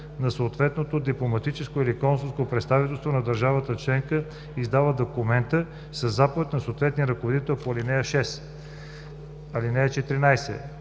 на съответното дипломатическо или консулско представителство на държавата членка, издала документа, със заповед на съответния ръководител по ал. 6. (14)